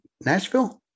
Nashville